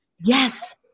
Yes